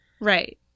Right